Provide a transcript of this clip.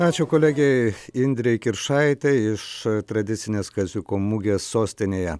ačiū kolegei indrei kiršaitei iš tradicinės kaziuko mugės sostinėje